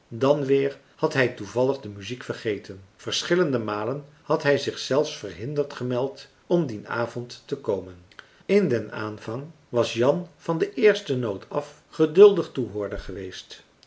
dan weer had hij toevallig de muziek vergeten verschillende malen had hij zich zelfs verhinderd gemeld om dien avond te komen in den aanvang was jan van de eerste noot af geduldig toehoorder geweest